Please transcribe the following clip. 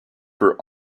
for